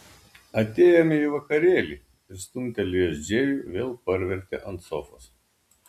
atėjome į vakarėlį ir stumtelėjęs džėjų vėl parvertė ant sofos